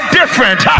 different